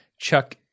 Chuck